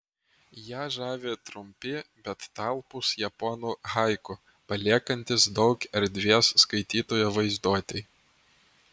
ją žavi trumpi bet talpūs japonų haiku paliekantys daug erdvės skaitytojo vaizduotei